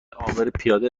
عابرپیاده